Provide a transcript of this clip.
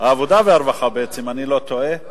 העבודה והרווחה בעצם, אם אני לא טועה.